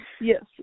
Yes